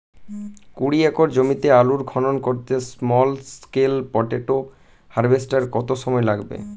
কুড়ি একর জমিতে আলুর খনন করতে স্মল স্কেল পটেটো হারভেস্টারের কত সময় লাগবে?